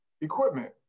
equipment